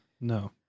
no